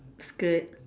skirt